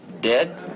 Dead